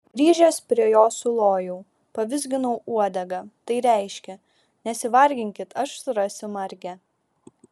grįžęs prie jo sulojau pavizginau uodegą tai reiškė nesivarginkit aš surasiu margę